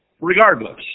regardless